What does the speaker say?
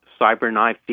CyberKnife